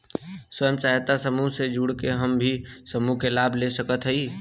स्वयं सहायता समूह से जुड़ के हम भी समूह क लाभ ले सकत हई?